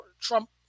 Trump